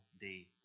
day